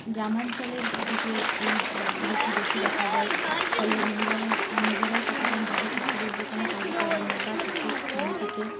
গ্রামাঞ্চলের দিকে এই রীতি বেশি দেখা যায় ফলে মহিলারা নিজেরাই সচেতনভাবে ঠাকুরের যেকোনো কাজকর্ম বা ঠাকুর স্থান থেকে